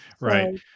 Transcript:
Right